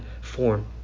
form